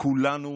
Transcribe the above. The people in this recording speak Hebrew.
כולנו